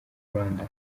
rwanda